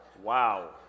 Wow